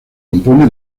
compone